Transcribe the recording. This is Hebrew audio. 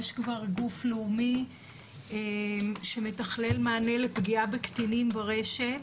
יש כבר גוף לאומי שמתכלל מענה לפגיעה בקטינים ברשת.